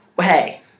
Hey